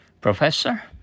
Professor